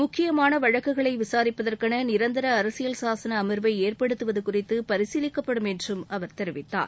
முக்கியமான வழக்குகளை விசாரிப்பதற்கென நிரந்தர அரசியல் சாசன அமர்வை ஏற்படுத்துவது குறித்து பரிசீலிக்கப்படும் என்றும் அவர் தெரிவித்தார்